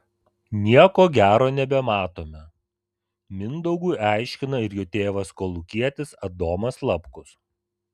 nieko gero nebematome mindaugui aiškina ir jo tėvas kolūkietis adomas lapkus